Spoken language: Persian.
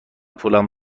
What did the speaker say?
پولم